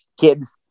kids